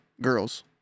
girls